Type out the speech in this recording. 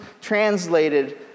translated